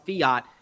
fiat